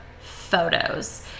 photos